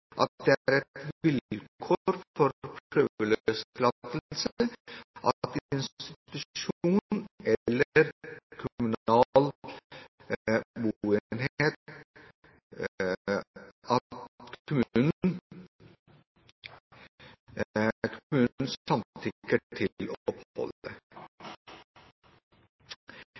at det er et vilkår for prøveløslatelse til institusjon eller kommunal boenhet at kommunen samtykker til